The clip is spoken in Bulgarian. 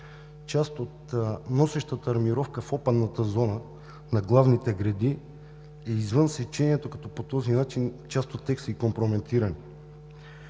Част от носещата армировка в опънната зона на главните греди е извън сечението, като по този начин част от тях са компрометирани.